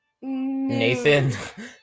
Nathan